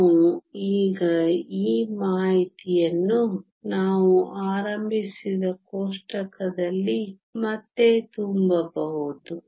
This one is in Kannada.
ನಾವು ಈಗ ಈ ಮಾಹಿತಿಯನ್ನು ನಾವು ಆರಂಭಿಸಿದ ಕೋಷ್ಟಕದಲ್ಲಿ ಮತ್ತೆ ತುಂಬಬಹುದು